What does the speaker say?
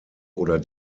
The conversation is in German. oder